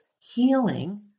healing